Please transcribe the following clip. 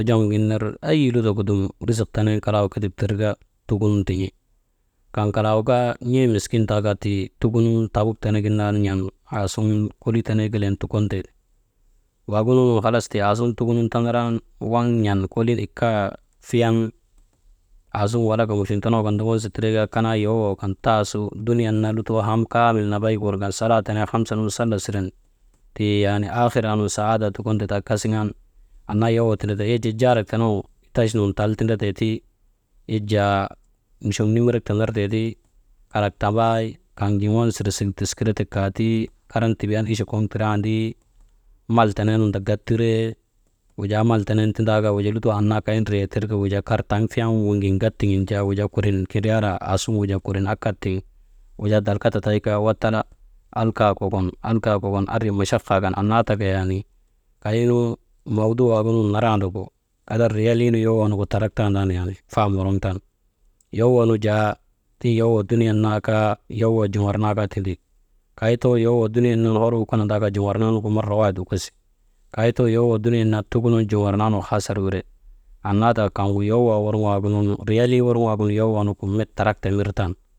Tojom gin ner eyi luto gu dum rizik tenen kalagu ketip tir ka, tukunun tin̰i. Kaŋ kalak gu kaa n̰ee mikin taa kaa, tii tukunun tabuk tenegin naanu n̰an aasuŋun kolii tenee kelen tukon te, waagunungu tii halas tukunun tanaraa taanu, waŋ n̰an kolin ikka fiyan, aasuŋun walak muchoŋ tenegu kan ti wansa tiree kaa kayaa yowoo, taa su dunuyan naa lutoo kaamil ham nambay wurŋan salaa tenee hamsa nuŋu sala siren, tii yaani aahiraa nun saadaa tukon teenaa kasiŋan annaa yowoo tindate, yak jaa jaarak tenegu, etach nun tendatee ti yak jaa, muchoŋ nimirek tannartee ti, kalak tambay kaŋ jin wansa sire wiskiiritek ka ti, karan tibiyan ichi koŋ tirandi mal tenee nun ta gat tiree, wujaa mal tenen tinda kaa, wujaa lutoo annaa kay ndriyee tir ka wujaa kar tan fiyan, wuŋin gat tiŋen jaa wujaa kindriyaraa aasuŋun wujaa kurin attak tiŋen wujaa dalka tataykaa Wattala alka kokon, alka kokon andri machafaa kan annaa taka yaanii, kaynu mawduu waŋ narandagu, kadar riyalii nu yowoo nugu tandrak tandaanu fam woroŋ tan, yowoo nu jaa tiŋ yoyoo dunuyan naa kaa, yowoo juŋar naa kaa tindi, kay too yowoo dunuyaa nun hor wukosondaa kaa juŋar naa nugu marra waahit wukosi, kay too yowoo dunyan naanu tukunun juŋar naanu hasar wire. Annaa tik kaŋ gu yowoo worŋoo waagunu, riyalii worŋoo waagunu yowoo nugu met tarak tan.